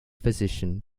physician